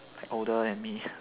like older than me